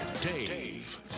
Dave